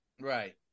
Right